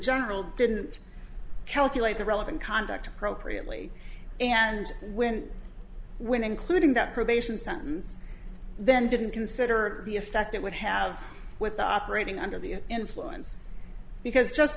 general didn't calculate the relevant conduct appropriately and when when including that probation sentence then didn't consider the effect it would have with operating under the influence because just